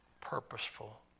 purposeful